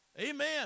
Amen